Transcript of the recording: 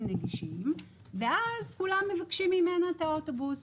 נגישים ואז כולם מבקשים ממנה את האוטובוס,